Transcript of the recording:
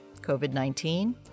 COVID-19